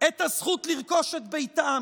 את הזכות לרכוש את ביתן,